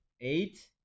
Eight